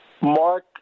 Mark